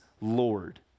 Lord